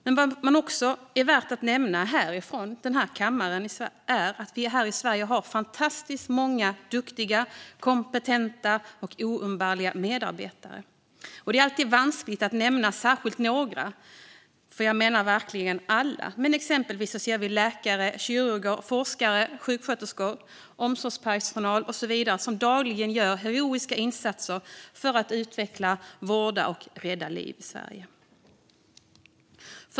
Men vad som också är värt att nämna här i kammaren är att vi i Sverige har fantastiskt många duktiga, kompetenta och oumbärliga medarbetare. Det är alltid vanskligt att särskilt nämna några, för jag menar verkligen alla. Men exempelvis ser vi läkare, kirurger, forskare, sjuksköterskor, omsorgspersonal och så vidare som dagligen gör heroiska insatser för att utveckla, vårda och rädda liv i Sverige.